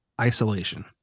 isolation